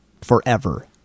forever